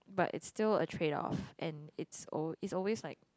but it's still a trade off and it's al~ it's always like